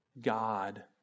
God